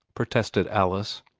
protested alice.